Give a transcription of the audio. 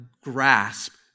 grasp